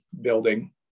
building